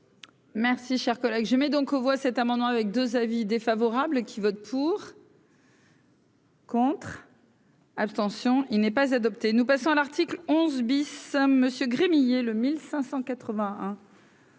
Merci, chers collègues, je mets donc aux voix cet amendement avec 2 avis défavorables qui vote pour. Contre. Abstention : il n'est pas adopté, nous passons à l'article 11 bis à monsieur Gremillet le 1500